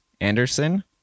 Anderson